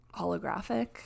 holographic